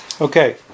Okay